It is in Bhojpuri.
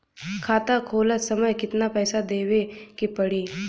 खाता खोलत समय कितना पैसा देवे के पड़ी?